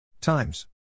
times